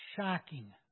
shocking